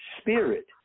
spirit